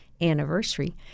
anniversary